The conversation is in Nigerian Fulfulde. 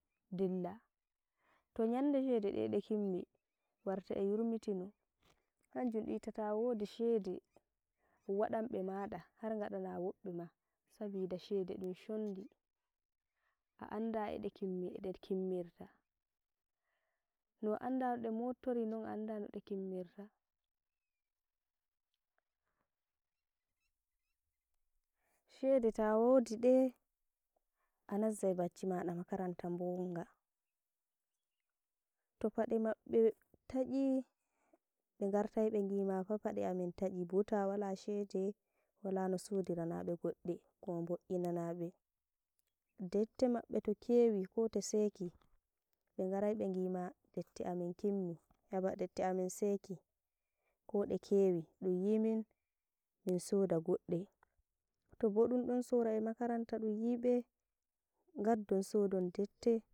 dilla, to nyande shede ɗe ɗe kimmi warta e yurmitino hanjum ɗumwita tawodi shede waɗan ɓe maɗa har gaɗana woɓɓe ma sabida shede dum shondi a anda ede kimmi ede kimmirta. No anda node mobtori non anda node kimmirta, shede tawodi ɗe a nazzai bacci maɗa makaranta bonga, to paɗe maɓɓe taƙi ɓe gartai ɓe gi ma ka faɗe a in taƙi bu ta walashede wala no sodirana ɓe goɗɗe, ko bo'inana ɓe, dette mabbe to kewi, to toseki, be garai ɓe bima dete amin kimmi aba debte amin seki ko ɗe kewi ɗum wimin min shoda goɗɗe. Tobo ɗum ɗon sora e makaranta ɗum yibe ngad don sodon dette